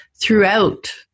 throughout